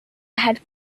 had